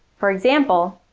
for example,